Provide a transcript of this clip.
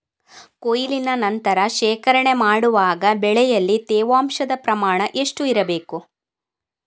ಕೊಯ್ಲಿನ ನಂತರ ಶೇಖರಣೆ ಮಾಡುವಾಗ ಬೆಳೆಯಲ್ಲಿ ತೇವಾಂಶದ ಪ್ರಮಾಣ ಎಷ್ಟು ಇರಬೇಕು?